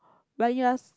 but you are so